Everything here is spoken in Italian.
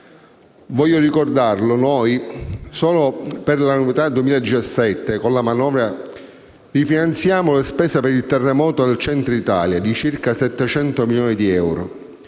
Voglio ricordare che, solo per l'annualità 2017, con la manovra, rifinanziamo le spese per il terremoto nel Centro Italia di circa 700 milioni di euro.